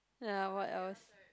ya what else